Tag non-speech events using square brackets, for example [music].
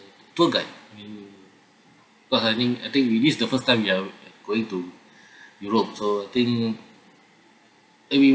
tour guide we're having I think it is the first time we are going to [breath] europe so I think it'll be